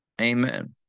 amen